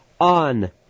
on